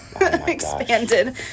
expanded